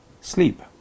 sleep